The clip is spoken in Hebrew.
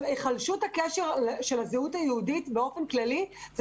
היחלשות הקשר של הזהות היהודית באופן כללי היא